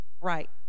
Right